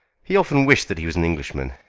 he often wished that he was an englishman.